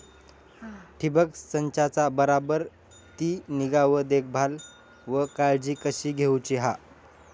ठिबक संचाचा बराबर ती निगा व देखभाल व काळजी कशी घेऊची हा?